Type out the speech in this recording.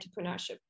entrepreneurship